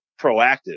proactive